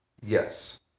Yes